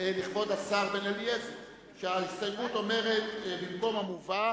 המחיקה ורק על ההסתייגות של אחמד טיבי,